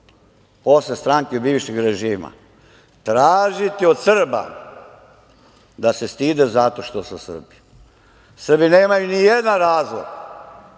posle stranke bivšeg režima, tražiti od Srba da se stide zato što su Srbi. Srbi nemaju ni jedan razlog